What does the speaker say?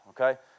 okay